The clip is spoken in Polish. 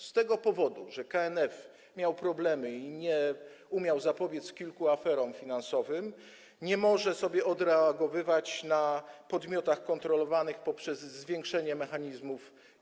Z tego powodu, że KNF miał problemy i nie umiał zapobiec kilku aferom finansowym, nie może odreagowywać na podmiotach kontrolowanych poprzez zwiększenie mechanizmów.